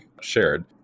shared